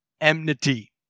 enmity